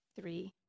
three